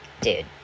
dude